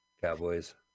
cowboys